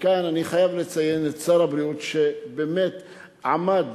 כאן אני חייב לציין את שר הבריאות, שבאמת עמד